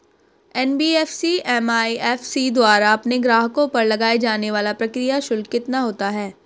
NBFC MFI द्वारा अपने ग्राहकों पर लगाए जाने वाला प्रक्रिया शुल्क कितना होता है?